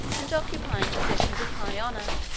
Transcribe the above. and occupying positions of high honor,